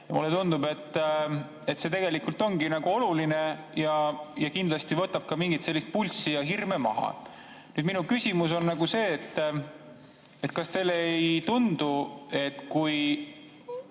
Mulle tundub, et see tegelikult ongi oluline ja kindlasti võtab ka mingit sellist pulssi ja hirme maha. Minu küsimus on aga see. Kas teile ei tundu, et kui